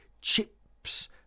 chips